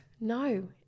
No